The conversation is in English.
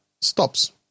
stops